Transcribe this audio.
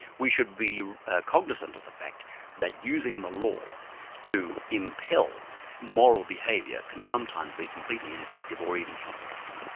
we should be cognizant of the fact that using the law to impel moral behaviour can sometimes be completely ineffective or even counterproductive.